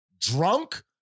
drunk